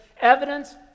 evidence